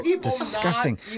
Disgusting